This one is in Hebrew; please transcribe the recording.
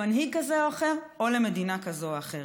למנהיג כזה או אחר או למדינה כזו או אחרת.